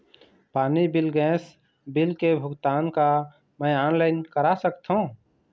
पानी bill gas bill के भुगतान का मैं ऑनलाइन करा सकथों?